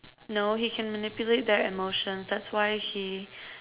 no he can manipulate their emotions that's why he